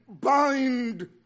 bind